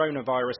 coronavirus